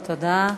תודה.